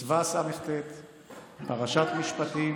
מצווה ס"ט,